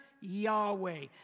Yahweh